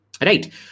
Right